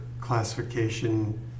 classification